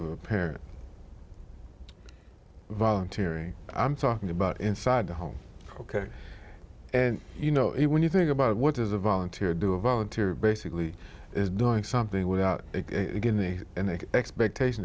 of a parent volunteering i'm talking about inside the home ok and you know it when you think about what does a volunteer do a volunteer basically is doing something without it in the expectation